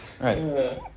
Right